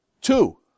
Two